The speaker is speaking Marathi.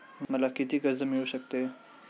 मला किती कर्ज मिळू शकते?